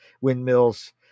windmills